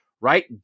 right